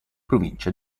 provincia